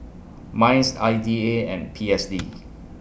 Mice I D A and P S D